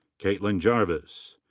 caitlyn jarvis.